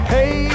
Hey